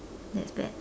that's bad